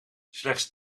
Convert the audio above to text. slechts